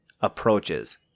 approaches